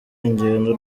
ingendo